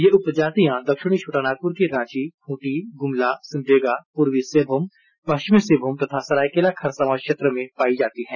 ये उपजातियां दक्षिणी छोटानागपुर के रांची खुंटी गुमला सिमडेगा पूर्वी सिंहभुम पश्चिमी सिंहभूम तथा सरायकेला खरसावां क्षेत्र में पायी जाती हैं